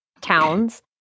towns